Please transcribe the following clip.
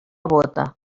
bóta